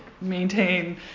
maintain